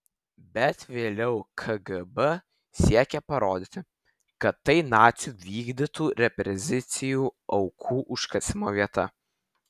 bet vėliau kgb siekė parodyti kad tai nacių vykdytų represijų aukų užkasimo vieta